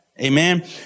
Amen